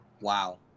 Wow